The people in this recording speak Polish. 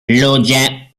ludzie